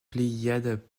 pléiades